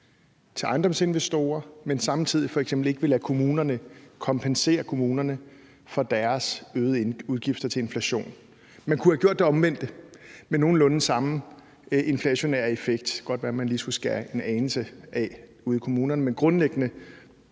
til ejendomsinvestorer, men samtidig f.eks. ikke vil kompensere kommunerne for deres øgede udgifter til inflation? Man kunne have gjort det omvendte med nogenlunde samme inflationære effekt. Det kunne godt være, man skulle skære en anelse af ude i kommunerne, men grundlæggende